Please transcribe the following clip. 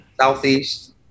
southeast